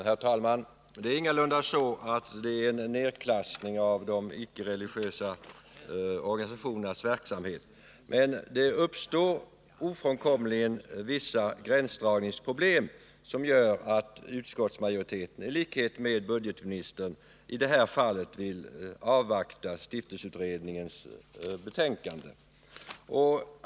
Herr talman! Det är ingalunda någon nerklassning av de icke-religiösa organisationernas verksamhet, men det uppstår ofrånkomligen vissa gränsdragningsproblem som gör att utskottsmajoriteten i likhet med budgetministern i det här fallet vill avvakta stiftelseutredningens betänkande.